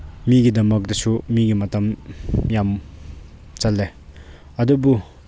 ꯃꯤꯒꯤꯗꯃꯛꯇꯁꯨ ꯃꯤꯒꯤ ꯃꯇꯝ ꯌꯥꯝ ꯆꯠꯂꯦ ꯑꯗꯨꯕꯨ